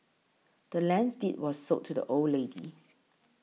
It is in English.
the land's deed was sold to the old lady